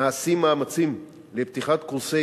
נעשים מאמצים לפתיחת קורסי